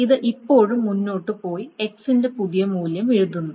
അത് ഇപ്പോഴും മുന്നോട്ട് പോയി x ന്റെ പുതിയ മൂല്യം എഴുതുന്നു